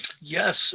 Yes